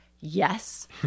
Yes